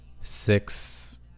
six